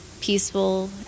peaceful